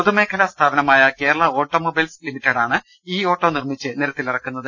പൊതുമേഖലാ സ്ഥാപനമായ കേരള ഓട്ടോമൊബൈൽസ് ലിമിറ്റഡാണ് ഇ ഓട്ടോ നിർമ്മിച്ച് നിരത്തിലിറക്കുന്നത്